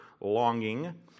longing